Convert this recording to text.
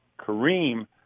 Kareem